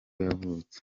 yavutse